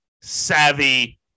savvy